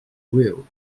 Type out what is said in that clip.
real